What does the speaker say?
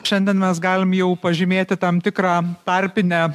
šiandien mes galim jau pažymėti tam tikrą tarpinę